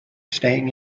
staying